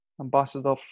ambassador